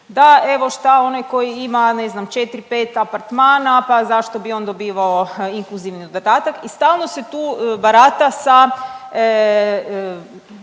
da evo šta onaj ko ima ne znam četri, pet apartmana pa zašto bi on dobivao inkluzivni dodatak i stalno se tu barata sa